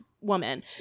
woman